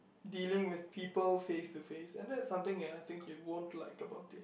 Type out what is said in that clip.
dealing with people face to face and that's something ya I think you won't like about it